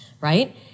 right